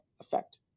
effect